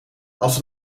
als